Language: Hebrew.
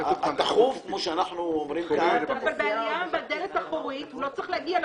מי שעולה בדלת האחורית לא צריך להגיע לנהג.